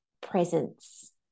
presence